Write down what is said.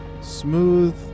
smooth